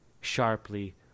sharply